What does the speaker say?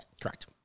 Correct